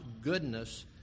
goodness